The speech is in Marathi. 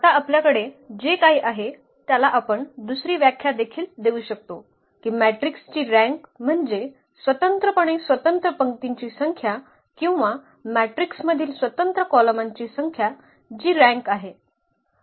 आता आपल्याकडे जे काही आहे त्याला आपण दुसरी व्याख्या देखील देऊ शकतो की मॅट्रिक्स ची रँक म्हणजे स्वतंत्रपणे स्वतंत्र पंक्तींची संख्या किंवा मॅट्रिक्स मधील स्वतंत्र कॉलमांची संख्या जी रँक आहे